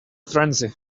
frenzy